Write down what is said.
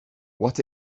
what